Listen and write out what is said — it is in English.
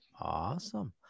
awesome